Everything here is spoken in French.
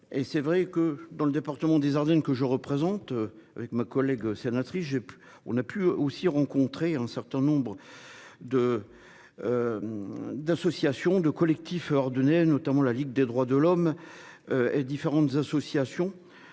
Et c'est vrai que dans le département des Ardennes que je représente. Avec ma collègue sénatrice, j'ai pu, on a pu aussi rencontré un certain nombre de. D'associations de collectifs a ordonné notamment la Ligue des droits de l'homme. Et différentes associations.